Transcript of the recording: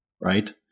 right